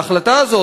ההחלטה הזאת,